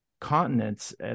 continents